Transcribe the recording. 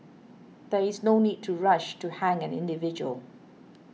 there is no need to rush to hang an individual